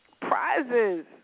prizes